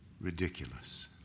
ridiculous